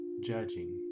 judging